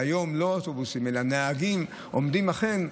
והיום לא האוטובוסים אלא נהגים עומדים הכן,